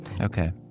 Okay